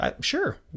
Sure